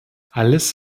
alles